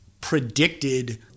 predicted